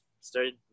started